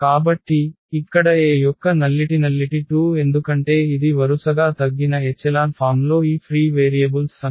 కాబట్టి ఇక్కడ A యొక్క నల్లిటి 2 ఎందుకంటే ఇది వరుసగా తగ్గిన ఎచెలాన్ ఫామ్లో ఈ ఫ్రీ వేరియబుల్స్ సంఖ్య